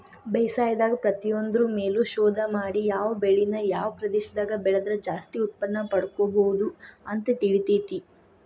ಬೇಸಾಯದಾಗ ಪ್ರತಿಯೊಂದ್ರು ಮೇಲು ಶೋಧ ಮಾಡಿ ಯಾವ ಬೆಳಿನ ಯಾವ ಪ್ರದೇಶದಾಗ ಬೆಳದ್ರ ಜಾಸ್ತಿ ಉತ್ಪನ್ನಪಡ್ಕೋಬೋದು ಅಂತ ತಿಳಿತೇತಿ